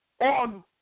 on